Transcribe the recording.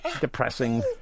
depressing